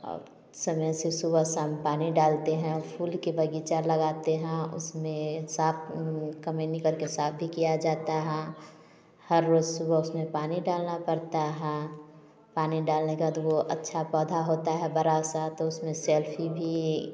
अब समय से सुबह शाम पानी डालते हैं फुल के बगीचा लगाते हैं उसमे साफ कमैनी करके साफ भी किया जाता है हर रोज सुबह उसमे पानी डालना पड़ता है पानी डालने के बाद वो अच्छा पौधा होता है बड़ा सा तो उसमे सेल्फी भी